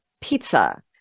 pizza